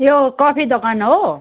यो कफी दोकान हो